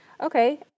okay